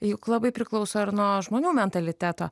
juk labai priklauso ir nuo žmonių mentaliteto